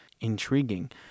intriguing